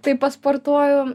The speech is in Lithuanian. tai pasportuoju